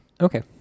Okay